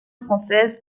française